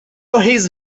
his